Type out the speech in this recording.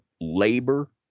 labor